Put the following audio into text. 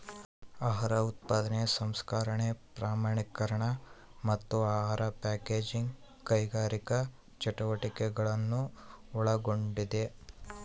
ಆಹಾರ ಉತ್ಪಾದನೆ ಸಂಸ್ಕರಣೆ ಪ್ರಮಾಣೀಕರಣ ಮತ್ತು ಆಹಾರ ಪ್ಯಾಕೇಜಿಂಗ್ ಕೈಗಾರಿಕಾ ಚಟುವಟಿಕೆಗಳನ್ನು ಒಳಗೊಂಡಿದೆ